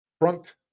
Front